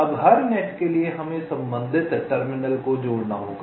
अब हर नेट के लिए हमें संबंधित टर्मिनल को जोड़ना होगा